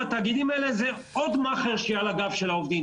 התאגידים האלה זה עוד מאכער שיהיה על הגב של העובדים.